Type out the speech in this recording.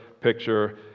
picture